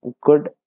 good